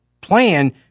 plan